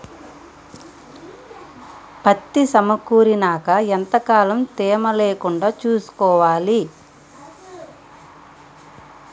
పత్తి సమకూరినాక ఎంత కాలం తేమ లేకుండా చూసుకోవాలి?